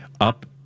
up